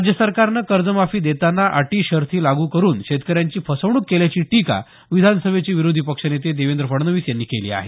राज्य सरकारनं कर्जमाफी देताना अटी शर्ती लागू करुन शेतकऱ्यांची फसवणूक केल्याची टीका विधानसभेचे विरोधी पक्षनेते देवेंद्र फडणवीस यांनी केली आहे